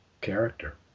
character